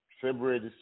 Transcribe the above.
February